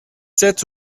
sept